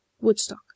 woodstock